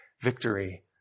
victory